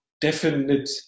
definite